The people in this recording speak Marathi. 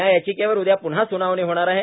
या याचिकेवर उद्या पुन्हा सुनावणी होणार आहे